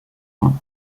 rhin